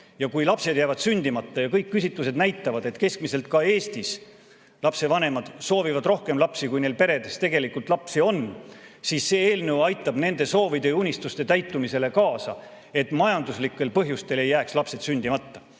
jäävad lapsed sündimata. Kõik küsitlused näitavad, et keskmiselt ka Eestis lapsevanemad soovivad rohkem lapsi, kui neil peredes tegelikult on. Ja see eelnõu aitab nende soovide ja unistuste täitumisele kaasa, et majanduslikel põhjustel ei jääks lapsed sündimata.